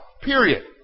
Period